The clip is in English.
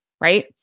right